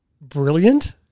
brilliant